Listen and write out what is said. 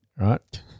Right